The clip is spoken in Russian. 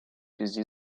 связи